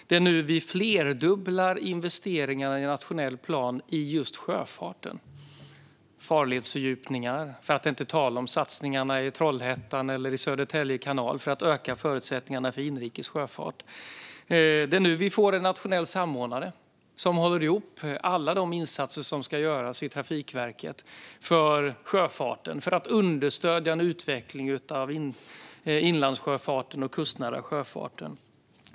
Det är nu vi flerdubblar investeringarna i nationell plan i just sjöfarten - farledsfördjupningar, för att inte tala om satsningarna i Trollhättan eller i Södertälje kanal för att öka förutsättningarna för inrikes sjöfart. Det är nu vi får en nationell samordnare som håller ihop alla de insatser som ska göras i Trafikverket för sjöfarten, för att understödja en utveckling av inlandssjöfarten och den kustnära sjöfarten.